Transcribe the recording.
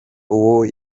uwo